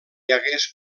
hagués